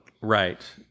Right